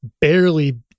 barely